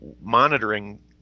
monitoring